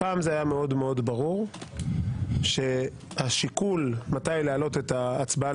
פעם זה היה ברור מאוד שהשיקול מתי להעלות את ההצבעה